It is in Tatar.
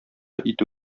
итү